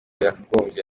yakagombye